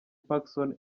pacson